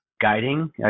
guiding